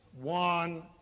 one